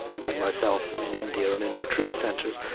like myself, in india or and in retreat centers.